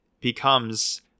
becomes